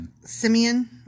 Simeon